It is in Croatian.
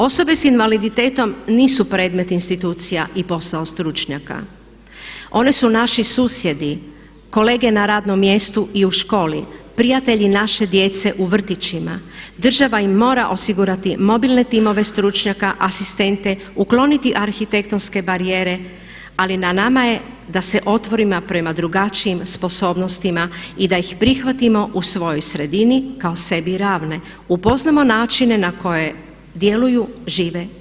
Osobe s invaliditetom nisu predmet institucija i posao stručnjaka, one su naši susjedi, kolege na radnom mjestu i u školi, prijatelji naše djece u vrtićima država im mora osigurati mobilne timove stručnjaka, asistente, ukloniti arhitektonske barijere ali na nama je da se otvorimo prema drugačijima sposobnostima i da ih prihvatimo u svojoj sredini kao sebi ravne, upoznamo načine na koje djeluju, žive